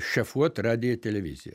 šefuot radiją televiziją